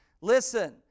Listen